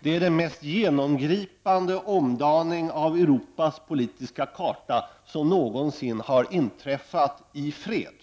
Det är den mest genomgripande omdaningen av Europas politiska karta som någonsin har inträffat i fredstid.